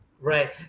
right